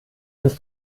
ins